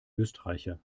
österreicher